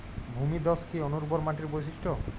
ভূমিধস কি অনুর্বর মাটির বৈশিষ্ট্য?